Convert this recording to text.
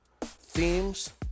themes